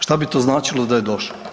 Što bi to značilo da je došlo?